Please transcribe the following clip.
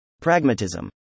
Pragmatism